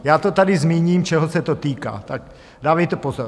Já to tady zmíním, čeho se to týká, tak dávejte pozor.